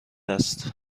است